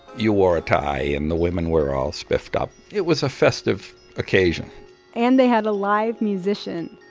you wore a tie and the women were all spiffed up. it was a festive occasion and they had a live musician.